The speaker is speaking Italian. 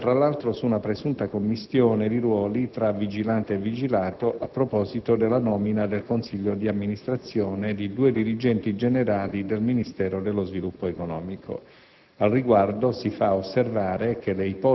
L'interrogante si sofferma tra l'altro su una presunta commistione di ruoli tra vigilante e vigilato a proposito della nomina nel consiglio di amministrazione di due dirigenti generali del Ministero dello sviluppo economico.